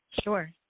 Sure